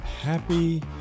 Happy